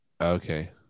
Okay